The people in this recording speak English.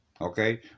Okay